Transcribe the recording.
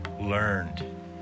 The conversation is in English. learned